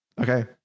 Okay